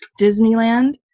Disneyland